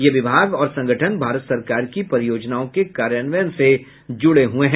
ये विभाग और संगठन भारत सरकार की परियोजनाओं के कार्यान्वयन से जुड़े हैं